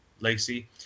Lacey